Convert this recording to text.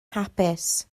hapus